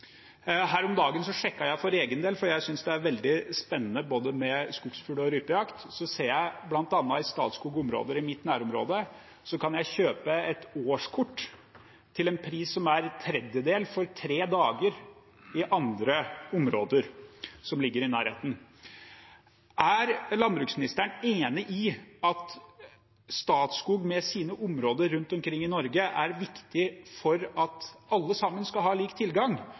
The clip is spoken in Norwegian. Her om dagen sjekket jeg for egen del, for jeg synes det er veldig spennende både med skogsfugl- og rypejakt, og da ser jeg bl.a. at i Statskogs områder i mitt nærområde kan jeg kjøpe et årskort for tre dager til en pris som er en tredjedel av andre områder som ligger i nærheten. Er landbruksministeren enig i at Statskog, med sine områder rundt omkring i Norge, er viktig for at alle sammen skal ha lik tilgang?